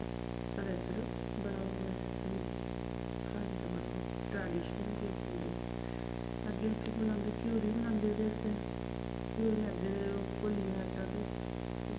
साढ़े इद्धर बड़ा ओह् ऐ रि खाने दा बड़ा ओह् ऐ टारडिशन केह् बोलदे उस्सी अग्गें फिर बनांदे घ्यूर बी बनांदे ओह्दे आस्तै घ्यूर मैदे दे ओह् घोलियै आटा ते